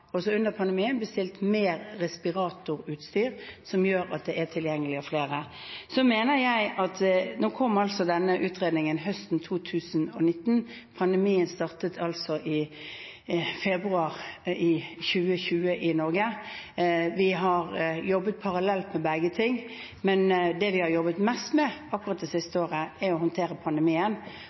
bestilt mer respiratorutstyr, som gjør at det er mer tilgjengelig. Nå kom altså denne utredningen høsten 2019, og pandemien startet i februar i 2020 i Norge. Vi har jobbet parallelt med begge ting, men det vi har jobbet mest med akkurat det siste året, er å håndtere